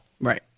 right